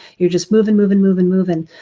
you're just moving, moving, moving, moving,